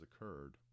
occurred